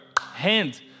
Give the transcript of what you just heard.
hand